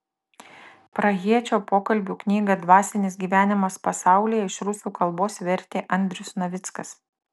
prahiečio pokalbių knygą dvasinis gyvenimas pasaulyje iš rusų kalbos vertė andrius navickas